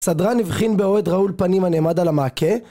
סדרן הבחין בעוד רעול פנים הנעמד על המעקה